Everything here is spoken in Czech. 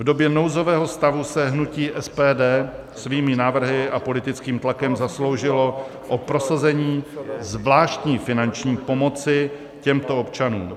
V době nouzového stavu se hnutí SPD svými návrhy a politickým tlakem zasloužilo o prosazení zvláštní finanční pomoci těmto občanům.